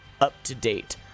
up-to-date